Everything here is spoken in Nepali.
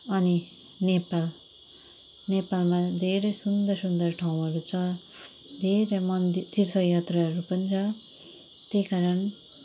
अनि नेपाल नेपालमा धेरै सुन्दर सुन्दर ठाउँहरू छ धेरै मन तीर्थ यात्राहरू पनि छ त्यही कारण